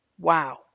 Wow